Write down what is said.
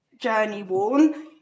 journey-worn